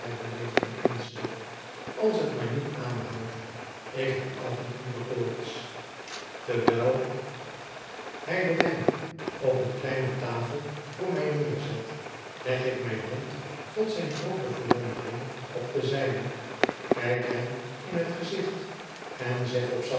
beleefd en ernstig als t maar niet aanhoudt ik heb af en toe de koorts terwijl hij den wijn op een e kleine tafel voor mij neerzet leg ik mijn hand tot zijn groote verwondering op de zijne kijk hem in t gezicht en zeg op